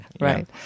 Right